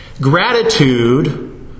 gratitude